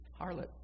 harlot